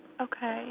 Okay